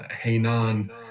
Hainan